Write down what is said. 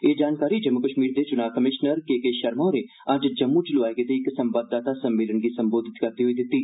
एह् जानकारी जम्मू कष्मीर दे चुनां कमिशनर के के शर्मा होरें अज्ज जम्मू च लोआए गेदे इक संवाददाता सम्मेलन गी संबोधित करदे होई दित्ती